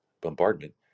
bombardment